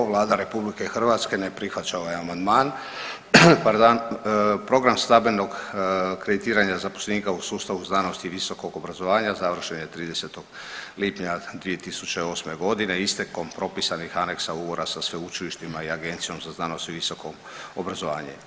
Vlada RH ne prihvaća ovaj amandman, pardon, program stabilnog kreditiranja zaposlenika u sustavu znanosti i visokog obrazovanja završen je 30. lipnja 2008.g. istekom propisanih aneksa ugovora sa sveučilištima i Agencijom za znanost i visoko obrazovanje.